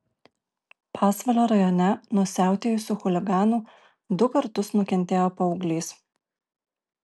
pasvalio rajone nuo siautėjusių chuliganų du kartus nukentėjo paauglys